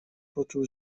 poczuł